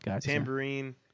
Tambourine